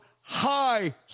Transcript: high